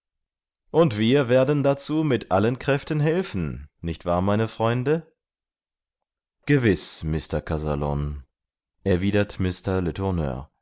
und wir werden dazu mit allen kräften helfen nicht wahr meine freunde gewiß mr kazallon erwidert